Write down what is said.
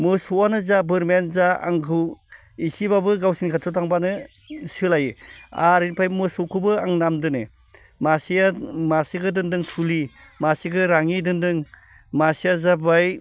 मोसौआनो जा बोरमायानो जा आंखौ इसेब्लाबो गावसोरनि खाथियाव थांब्लानो सोलायो आर ओमफ्राय मोसौखौबो आं नाम दोनो मासेया मासेखो दोन्दों धुलि मासेखो राङि दोन्दों मासेया जाबाय